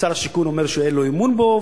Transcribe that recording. שר השיכון אומר שאין לו אמון בו,